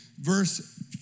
verse